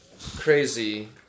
crazy